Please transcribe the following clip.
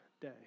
day